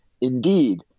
indeed